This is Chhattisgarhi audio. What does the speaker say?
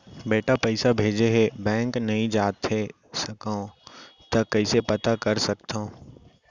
बेटा पइसा भेजे हे, बैंक नई जाथे सकंव त कइसे पता कर सकथव?